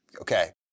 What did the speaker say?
okay